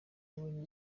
yabonye